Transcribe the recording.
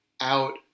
out